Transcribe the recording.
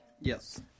Yes